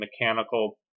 mechanical